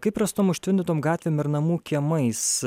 kaip rastom užtvindytom gatvėm ir namų kiemais